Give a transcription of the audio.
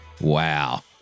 wow